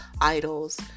idols